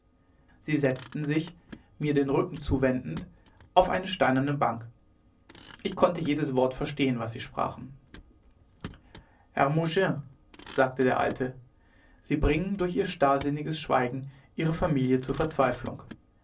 sie setzten sich mir den rücken zuwendend auf eine steinerne bank ich konnte jedes wort verstehen was sie sprachen hermogen sagte der alte sie bringen durch ihr starrsinniges schweigen ihre familie zur verzweiflung